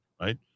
right